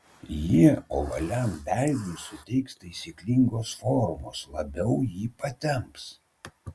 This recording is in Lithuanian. jie ovaliam veidui suteiks taisyklingos formos labiau jį patemps